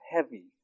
heavy